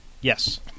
Yes